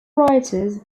writers